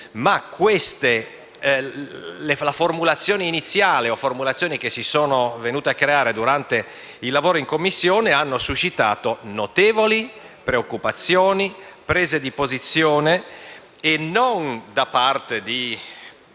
la formulazione iniziale e quelle che si sono venute a creare durante i lavori in Commissione hanno suscitato notevoli preoccupazioni e prese di posizione, non da parte di